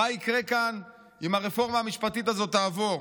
מה יקרה כאן אם הרפורמה המשפטית הזאת תעבור.